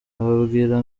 abwira